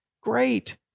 great